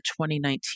2019